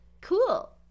Cool